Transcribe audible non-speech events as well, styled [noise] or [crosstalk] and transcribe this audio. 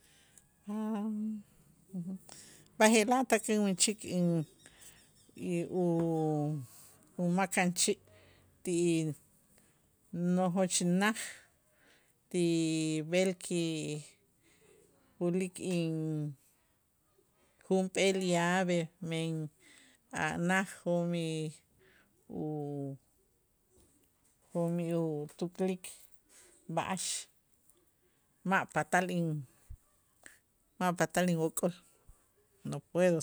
[hesitation] B'aje'laj tak inmächik in y u- umakanchi' ti nojoch naj ti b'el ki ulik in junp'eel llave men, a' naj jo'mij u jo'mij utuklik b'a'ax ma' patal in ma' patal inwokol. no puedo